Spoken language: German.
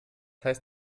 heißt